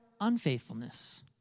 unfaithfulness